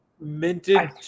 Minted